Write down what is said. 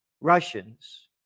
Russians